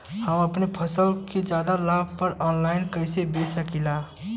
हम अपना फसल के ज्यादा लाभ पर ऑनलाइन कइसे बेच सकीला?